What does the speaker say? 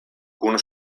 kun